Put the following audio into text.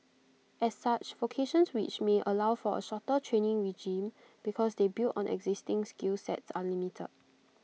as such vocations which may allow for A shorter training regime because they build on existing skill sets are limited